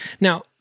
Now